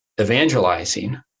evangelizing